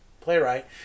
playwright